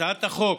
הצעת החוק,